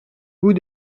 vous